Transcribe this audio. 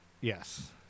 Yes